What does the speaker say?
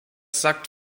sagt